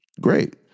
great